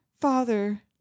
Father